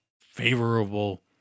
favorable